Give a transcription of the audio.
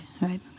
right